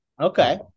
okay